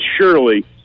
surely